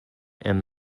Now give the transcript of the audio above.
and